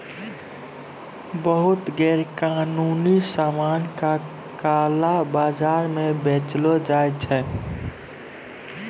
बहुते गैरकानूनी सामान का काला बाजार म बेचलो जाय छै